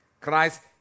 Christ